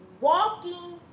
walking